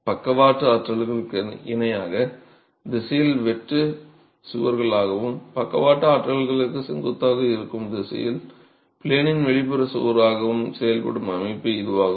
பக்கவாட்டு ஆற்றல்களுக்கு இணையான திசையில் வெட்டு சுவர்களாகவும் பக்கவாட்டு ஆற்றல்களுக்கு செங்குத்தாக இருக்கும் திசையில் ப்ளேனின் வெளிப்புற சுவராகவும் செயல்படும் அமைப்பு இதுவாகும்